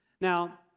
Now